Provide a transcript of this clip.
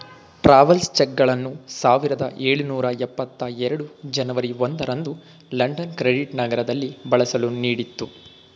travels ಚೆಕ್ಗಳನ್ನು ಸಾವಿರದ ಎಳುನೂರ ಎಪ್ಪತ್ತ ಎರಡು ಜನವರಿ ಒಂದು ರಂದು ಲಂಡನ್ ಕ್ರೆಡಿಟ್ ನಗರದಲ್ಲಿ ಬಳಸಲು ನೀಡಿತ್ತು